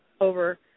over